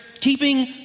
keeping